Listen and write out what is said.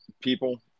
people